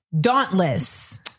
dauntless